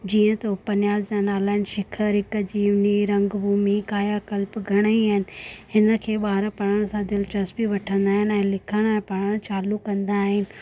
जीअं त उपन्यास जा नाला आहिनि शिखा रेखा जीवनी रंग भूमि कायाकल्प घणे ई हिन खे ॿार पढ़ण सां दिलिचस्पी वठंदा आहिनि ऐं लिखणु ऐं पढ़णु चालू कंदा आहिनि